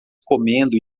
comendo